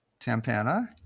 Tampana